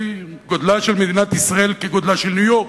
גודלה של מדינת ישראל כגודלה של ניו-יורק,